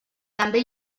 també